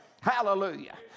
Hallelujah